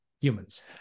humans